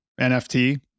NFT